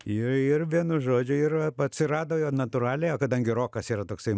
ir ir vienu žodžiu ir a atsirado natūraliai o kadangi rokas yra toksai